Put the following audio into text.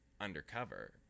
undercover